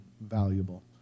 valuable